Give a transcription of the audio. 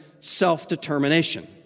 Self-determination